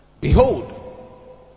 behold